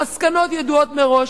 המסקנות ידועות מראש,